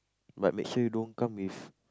but make sure you don't come with